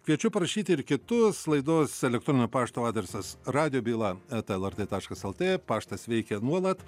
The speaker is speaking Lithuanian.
kviečiu parašyti ir kitus laidos elektroninio pašto adresas radijo byla eta lrt taškas lt paštas veikia nuolat